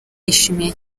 yishimiye